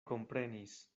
komprenis